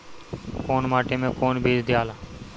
कौन माटी मे कौन बीज दियाला?